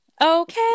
Okay